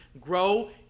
grow